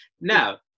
now